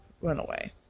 runaway